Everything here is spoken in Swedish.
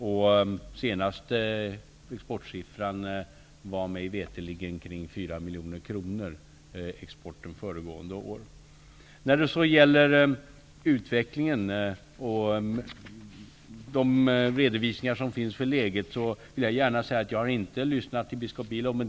Den senaste siffran beträffande exporten för föregående år var mig veterligen ca 4 miljoner kronor. När det gäller utvecklingen och de redovisningar som finns för läget på Östtimor, vill jag gärna säga att jag inte har lyssnat till biskop Belo.